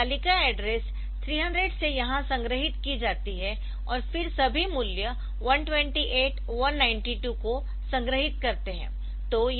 यह तालिका एड्रेस 300 से यहां संग्रहीत की जाती है और फिर सभी मूल्य 128 192 को संग्रहीत करते है